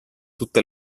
tutte